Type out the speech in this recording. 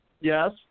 Yes